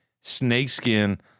snakeskin